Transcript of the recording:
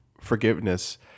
forgiveness